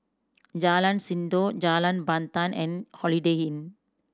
Jalan Sindor Jalan Pandan and Holiday Inn